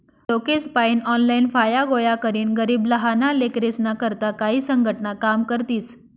लोकेसपायीन ऑनलाईन फाया गोया करीन गरीब लहाना लेकरेस्ना करता काई संघटना काम करतीस